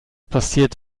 passiert